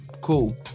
cool